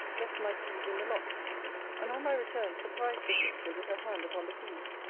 left my keys in the locks and on my return surprised the creature with her hand upon the keys,